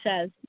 says